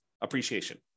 appreciation